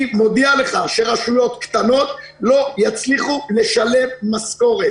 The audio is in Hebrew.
אני מודיע לך שרשויות קטנות לא יצליחו לשלם משכורת.